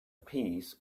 piece